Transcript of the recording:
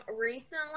recently